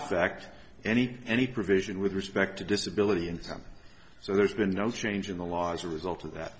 affect any any provision with respect to disability income so there's been no change in the law as a result of that